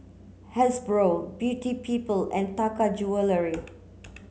Hasbro Beauty People and Taka Jewelry